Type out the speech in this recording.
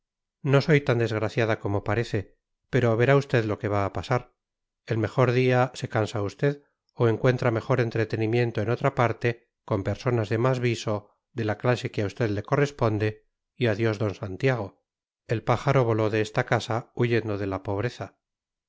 no soy tan desgraciada como parece pero verá usted lo que va a pasar el mejor día se cansa usted o encuentra mejor entretenimiento en otra parte con personas de más viso de la clase que a usted le corresponde y adiós d santiago el pájaro voló de esta casa huyendo de la pobreza